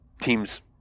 teams